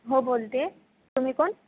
हो बोलते आहे तुम्ही कोण